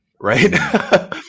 right